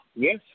Yes